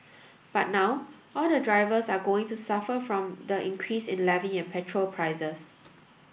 but now all the drivers are going to suffer from the increase in levy and petrol prices